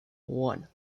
one